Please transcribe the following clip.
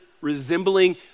resembling